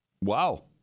Wow